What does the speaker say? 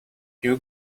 you